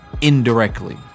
indirectly